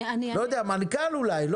לא יודע, מנכ"ל אולי.